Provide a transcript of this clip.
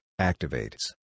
activates